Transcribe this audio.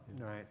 right